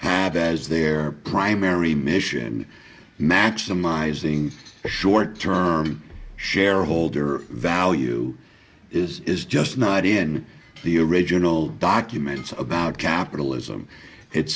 have as their primary mission maximizing short term show shareholder value is is just not in the original documents about capitalism it's